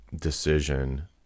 decision